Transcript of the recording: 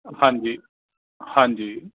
ਹਾਂਜੀ